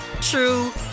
true